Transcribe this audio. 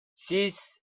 six